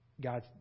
God